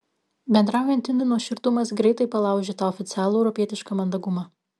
bendraujant indų nuoširdumas greitai palaužia tą oficialų europietišką mandagumą